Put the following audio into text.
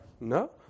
no